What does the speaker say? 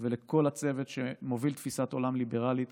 ולכל הצוות, שמוביל תפיסת עולם ליברלית